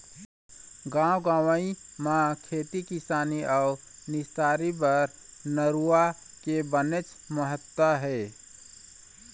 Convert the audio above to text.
गाँव गंवई म खेती किसानी अउ निस्तारी बर नरूवा के बनेच महत्ता हे